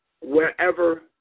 wherever